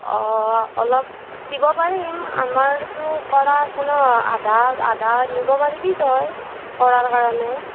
অঁ অলপ দিব পাৰিম আমাৰতো কৰা আছে ন' আধা আধা নিব পাৰিবি তই কৰাৰ কাৰণে